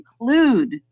include